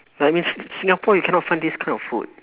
I mean si~ singapore you cannot find this kind of food